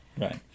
Right